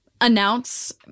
announce